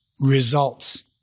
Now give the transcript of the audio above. results